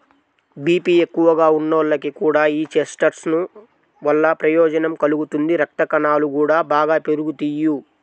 BP ఎక్కువగా ఉన్నోళ్లకి కూడా యీ చెస్ట్నట్స్ వల్ల ప్రయోజనం కలుగుతుంది, రక్తకణాలు గూడా బాగా పెరుగుతియ్యి